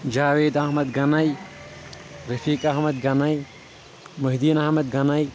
Javed Ahmad گنے رفیق احمد گنے Mohiuddin Ahmad گنے